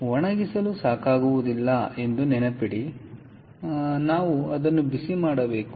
ಆದರೆ ಒಣಗಲು ಸಾಕಾಗುವುದಿಲ್ಲ ಎಂದು ನೆನಪಿಡಿ ನಾವು ಅದನ್ನು ಬಿಸಿ ಮಾಡಬೇಕು